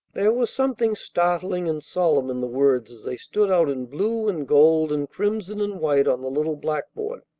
there was something startling and solemn in the words as they stood out in blue and gold and crimson and white on the little blackboard.